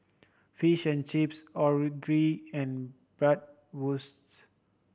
Fish and Chips Onigiri and Bratwurst